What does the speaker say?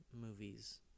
movies